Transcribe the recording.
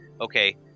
okay